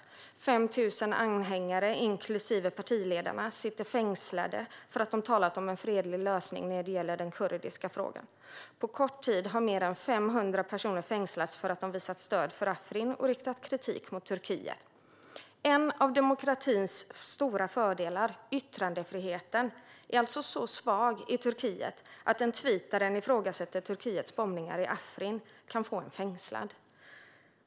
Det är 5 000 anhängare, inklusive partiledarna, som sitter fängslade för att de talat om en fredlig lösning när det gäller den kurdiska frågan. På kort tid har mer än 500 personer fängslats för att de visat stöd för Afrin och riktat kritik mot Turkiet. En av demokratins stora fördelar, yttrandefriheten, är alltså så svag i Turkiet att en tweet där någon ifrågasätter Turkiets bombningar i Afrin kan få denna person fängslad.